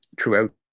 throughout